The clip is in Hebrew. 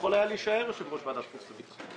שיכול היה להישאר יושב-ראש ועדת החוץ והביטחון,